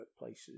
workplaces